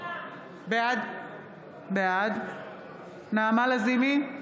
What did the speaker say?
בעד נעמה לזימי,